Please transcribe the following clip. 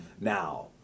Now